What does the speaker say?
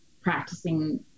practicing